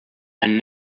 and